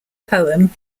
poem